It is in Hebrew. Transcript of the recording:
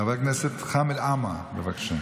חבר הכנסת חמד עמאר, בבקשה.